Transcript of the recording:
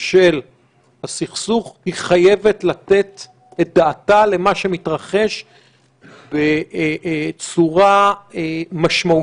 של הסכסוך היא חייבת לתת את דעתה למה שמתרחש בצורה משמעותית.